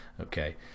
Okay